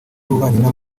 w’ububanyi